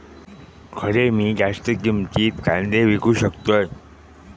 खडे मी जास्त किमतीत कांदे विकू शकतय?